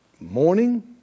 Morning